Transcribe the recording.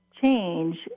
change